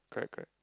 correct correct